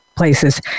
Places